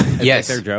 yes